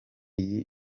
iyi